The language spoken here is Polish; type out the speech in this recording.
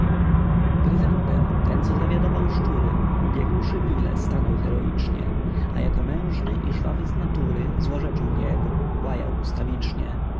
gryzander ten co zawiadował szczury ubiegłszy milę stanął heroicznie a jako mężny i żwawy z natury złorzeczył niebu łajał ustawicznie